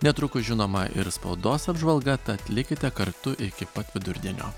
netrukus žinoma ir spaudos apžvalga tad likite kartu iki pat vidurdienio